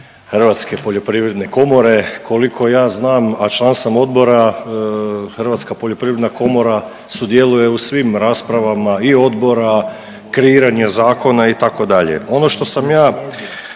Hrvatske poljoprivredne komore. Koliko ja znam, a član sam odbora, HPK sudjeluje u svim raspravama i odbora, kreiranje zakona, itd. Ono što sam ja